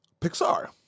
Pixar